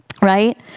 Right